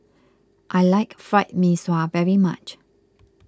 I like Fried Mee Sua very much